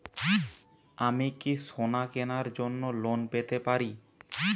আমি কি সোনা কেনার জন্য লোন পেতে পারি?